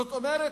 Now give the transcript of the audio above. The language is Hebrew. זאת אומרת,